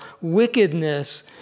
wickedness